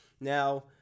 Now